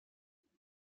haben